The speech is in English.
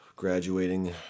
graduating